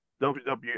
WWE